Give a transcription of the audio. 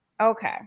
Okay